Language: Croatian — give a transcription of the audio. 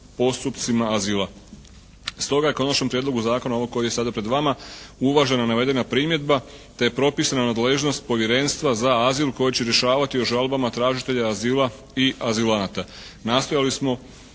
postupcima azila. Stoga je u konačnom prijedlogu zakona ovog koji je sada pred vama uvažena navedena primjedba te propisana nadležnost povjerenstva za azil koja će rješavati u žalbama tražitelja azila i azilanata.